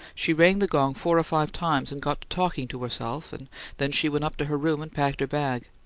she rang the gong four or five times and got to talking to herself and then she went up to her room and packed her bag.